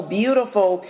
beautiful